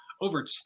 over